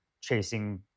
chasing